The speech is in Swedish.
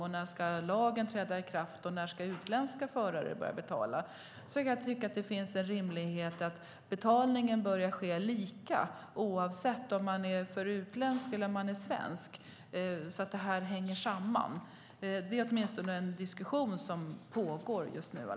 Om man ser det ur ett konkurrensperspektiv finns det en rimlighet i att betalningen börjar ske samtidigt, oavsett om man är utländsk eller svensk, så att det hänger samman. Det är åtminstone en diskussion som pågår just nu.